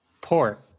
port